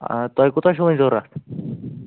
آ توہہِ کوٗتاہ چھُو وۄنۍ ضوٚرتھ